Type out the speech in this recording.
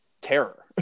terror